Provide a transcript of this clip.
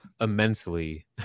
immensely